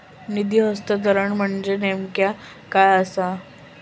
निधी हस्तांतरण म्हणजे नेमक्या काय आसा?